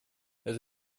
это